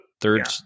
third